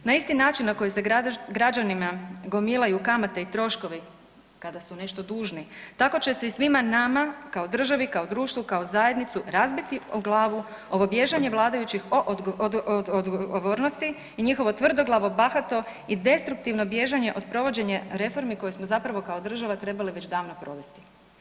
Na isti način na koji se građanima gomilaju kamate i troškovi kada su nešto dužni, tako će se i svima nama kao državi, kao društvu, kao zajednici razbiti o glavu ovo bježanje vladajućih od odgovornosti i njihovo tvrdoglavo, bahato i destruktivno bježanje od provođenja reformi koje smo zapravo kao država trebali već davno provesti.